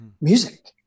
Music